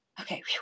Okay